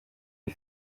iyi